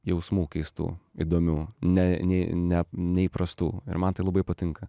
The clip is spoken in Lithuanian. jausmų keistų įdomių ne nė ne neįprastų ir man tai labai patinka